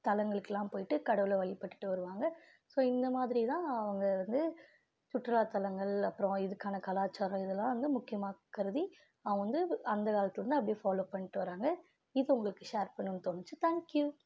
தலங்களுக்குலாம் போயிட்டு கடவுளை வழிபட்டுட்டு வருவாங்க ஸோ இந்த மாதிரிதான் அவங்க வந்து சுற்றுலா தலங்கள் அப்புறம் இதுக்கான கலாச்சாரம் இதல்லாம் வந்து முக்கியமாக கருதி வந்து அந்த காலத்துலிருந்து அப்படே ஃபாலோ பண்ணிகிட்டு வராங்க இது உங்களுக்கு ஷேர் பண்ணணுன்னு தோணுச்சு தேங்க் யூ